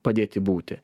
padėti būti